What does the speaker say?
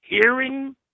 hearing